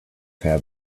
had